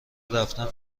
رفتن